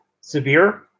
severe